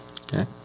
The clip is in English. Okay